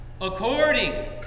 according